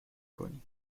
کنی